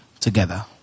Together